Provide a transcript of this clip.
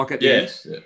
Yes